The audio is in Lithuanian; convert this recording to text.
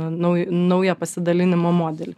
naują naują pasidalinimo modelį